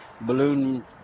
balloon